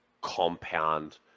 compound